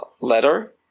letter